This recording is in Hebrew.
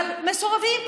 ומסורבים.